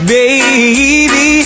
Baby